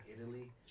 Italy